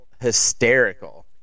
hysterical